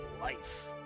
life